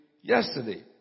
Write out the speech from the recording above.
yesterday